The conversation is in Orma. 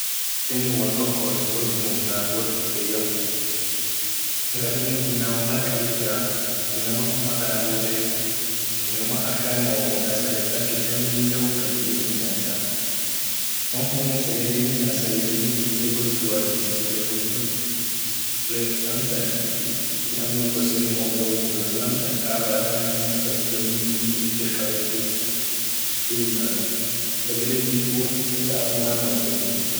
Ishene wortoko yed wor dungatii kasinen inama mal qabii jira yed harkanen womidasa bek sagale dibede inni nyatine sagale goduaa a ama goseni qompot guren aminen ibidiir kaben gosen sagale chafu.